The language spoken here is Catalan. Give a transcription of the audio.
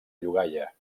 llogaia